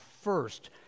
first